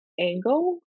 angle